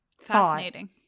fascinating